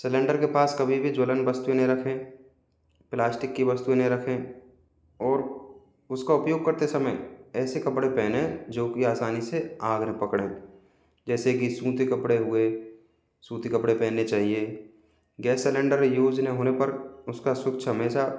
cylinder के पास कभी भी ज्वलन वस्तुएं न रखें प्लास्टिक की वस्तुएं नहीं रखें और उसका उपयोग करते समय ऐसे कपड़े पहने जो कि आसानी से आग ना पकड़े जैसे की सूती कपड़े हुए सूती कपड़े पहनने चाहिए गैस सिलेंडर यूज न होने पर उसका स्विच हमेशा